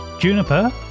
Juniper